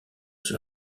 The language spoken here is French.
sur